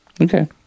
Okay